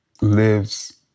lives